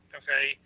okay